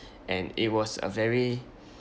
and it was a very